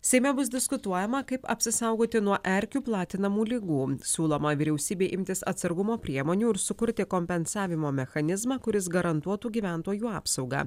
seime bus diskutuojama kaip apsisaugoti nuo erkių platinamų ligų siūloma vyriausybei imtis atsargumo priemonių ir sukurti kompensavimo mechanizmą kuris garantuotų gyventojų apsaugą